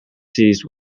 seized